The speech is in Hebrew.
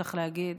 צריך להגיד,